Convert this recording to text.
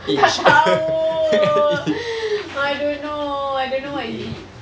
tak tahu ha I don't know I don't what is it